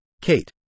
Kate